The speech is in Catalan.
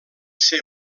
ser